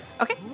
Okay